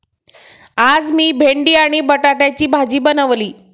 आज मी भेंडी आणि बटाट्याची भाजी बनवली